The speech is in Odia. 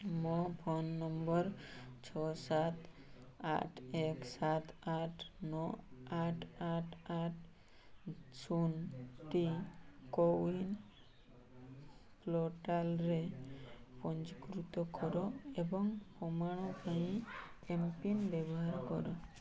ମୋ ଫୋନ୍ ନମ୍ବର୍ ଛଅ ସାତ ଏକ ସାତ ଆଠ ନଅ ଆଠ ଆଠ ଆଠ ଶୂନଟି କୋୱିନ୍ ପୋର୍ଟାଲ୍ରେ ପଞ୍ଜୀକୃତ କର ଏବଂ ପ୍ରମାଣ ପାଇଁ ଏମ୍ପିନ୍ ବ୍ୟବହାର କର